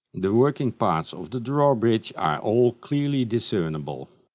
the working parts of the drawbridge are all clearly discernable.